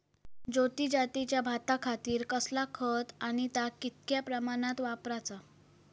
ज्योती जातीच्या भाताखातीर कसला खत आणि ता कितक्या प्रमाणात वापराचा?